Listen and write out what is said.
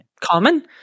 common